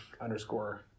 underscore